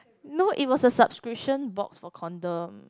no it was a subscription box for condom